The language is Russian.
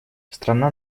страна